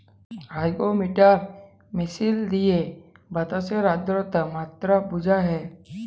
hygrometer মিশিল দিঁয়ে বাতাসের আদ্রতার মাত্রা বুঝা হ্যয়